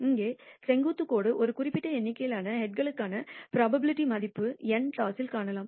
இங்கே செங்குத்து கோடு ஒரு குறிப்பிட்ட எண்ணிக்கையிலான ஹெட்களுக்கான புரோபாபிலிடி மதிப்பை n டாஸில் காணலாம்